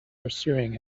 pursuing